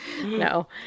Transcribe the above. no